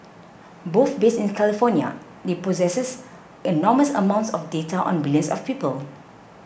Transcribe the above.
both based in California they possess enormous amounts of data on billions of people